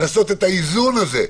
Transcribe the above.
לעשות את האיזון הזה,